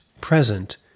present